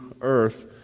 earth